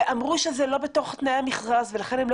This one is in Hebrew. אמרו שזה לא בתוך תנאי המכרז ולכן הם לא